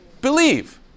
believe